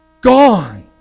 Gone